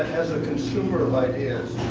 as a consumer of ideas,